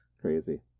Crazy